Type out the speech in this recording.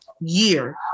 year